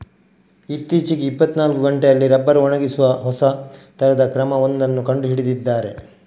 ಇತ್ತೀಚೆಗೆ ಇಪ್ಪತ್ತನಾಲ್ಕು ಗಂಟೆಯಲ್ಲಿ ರಬ್ಬರ್ ಒಣಗಿಸುವ ಹೊಸ ತರದ ಕ್ರಮ ಒಂದನ್ನ ಕಂಡು ಹಿಡಿದಿದ್ದಾರೆ